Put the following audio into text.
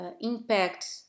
impact